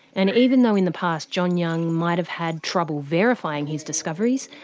and even though in the past john young might've had trouble verifying his discoveries,